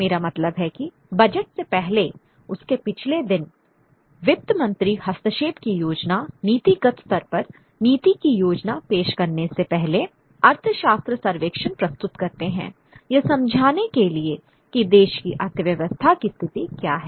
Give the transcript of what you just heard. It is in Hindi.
मेरा मतलब है कि बजट से पहले उसके पिछले दिन वित्त मंत्री हस्तक्षेप की योजना नीतिगत स्तर पर नीति की योजना पेश करने से पहले अर्थशास्त्र सर्वेक्षण प्रस्तुत करते हैं यह समझाने के लिए कि देश की अर्थव्यवस्था की स्थिति क्या है